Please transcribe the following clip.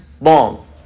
long